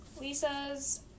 Lisa's